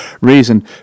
reason